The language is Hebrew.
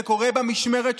זה קורה במשמרת שלך,